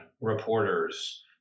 reporters